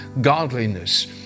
godliness